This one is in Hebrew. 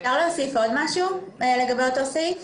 אפשר להוסיף עוד משהו לגבי אותו סעיף?